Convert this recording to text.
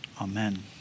Amen